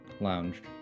Lounge